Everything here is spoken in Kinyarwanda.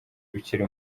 ukiri